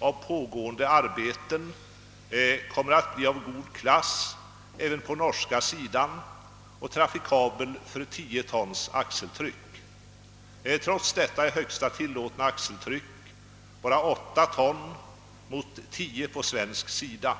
av pågående arbeten kommer att bli av god klass även på den norska sidan och trafikabel för 10 tons axeltryck. Trots detta är högsta tillåtna axeltryck bara 8 ton mot 10 på svensk sida.